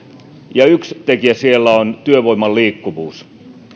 ja yksi tekijä siellä on työvoiman liikkuvuus